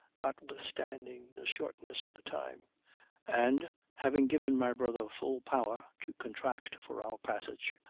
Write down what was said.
notwithstanding the shortness of the time and, having given my brother full power to contract for our passage,